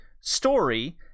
story